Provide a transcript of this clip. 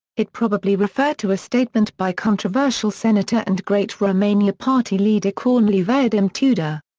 it probably referred to a statement by controversial senator and great romania party leader corneliu vadim tudor.